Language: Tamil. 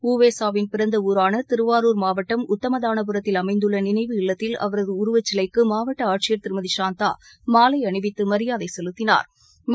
உ வே சா வின் பிறந்த ஊரான திருவாரூர் மாவட்டம் உத்தமதானபுரத்தில் அமைந்துள்ள அவரது நினைவு இல்லத்தில் உருவச்சிலைக்கு மாவட்ட ஆட்சியர் திருமதி சாந்தா மாலை அணிவித்து மரியாதை செலுத்தினா்